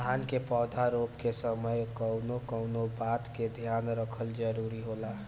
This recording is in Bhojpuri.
धान के पौधा रोप के समय कउन कउन बात के ध्यान रखल जरूरी होला?